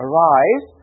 Arise